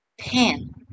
Pen